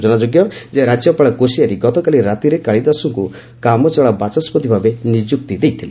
ସ୍କଚନାଯୋଗ୍ୟ ରାଜ୍ୟପାଳ କୋଶିୟାରୀ ଗତକାଲି ରାତିରେ କାଳିଦାସଙ୍କୁ କାମଚଳା ବାଚସ୍କତି ଭାବେ ନିଯୁକ୍ତ କରିଥିଲେ